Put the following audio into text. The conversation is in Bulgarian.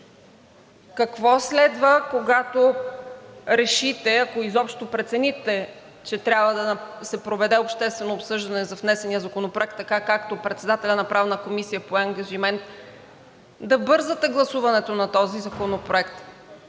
Какво следва, когато решите, ако изобщо прецените, че трябва да се проведе обществено обсъждане за внесения законопроект, както председателят на Правната комисия пое ангажимент, да бързате гласуването на този законопроект?